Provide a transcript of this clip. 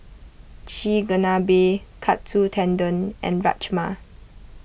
Chigenabe Katsu Tendon and Rajma